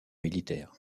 militaire